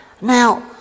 Now